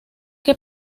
que